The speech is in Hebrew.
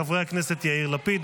חברי הכנסת יאיר לפיד,